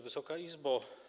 Wysoka Izbo!